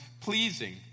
pleasing